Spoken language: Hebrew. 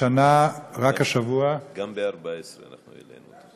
השנה, רק השבוע, גם ב-2014 אנחנו העלינו.